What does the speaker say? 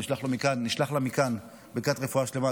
ונשלח לה מכאן ברכת רפואה שלמה.